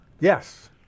Yes